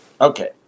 Okay